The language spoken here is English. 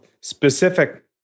specific